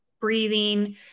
breathing